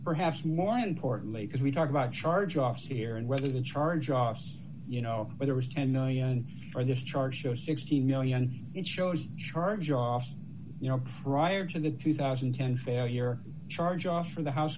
perhaps more importantly because we talk about charge offs here and whether the charge offs you know where there was ten million for this charge shows sixty million it shows charge offs you know prior to the two thousand and ten failure charge offs for the house